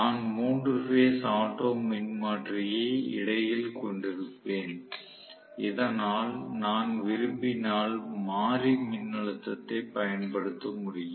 நான் 3 phase auto மின்மாற்றியை இடையில் கொண்டிருப்பேன் இதனால் நான் விரும்பினால் மாறி மின்னழுத்தத்தைப் பயன்படுத்த முடியும்